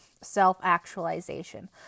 self-actualization